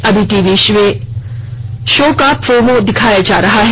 अभी TV में show का प्रोमो दिखाया जा रहा है